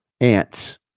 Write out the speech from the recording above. ants